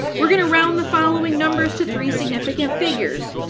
we're going to round the following numbers to three significant figures.